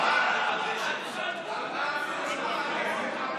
בזכות המשותפת